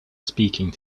speaking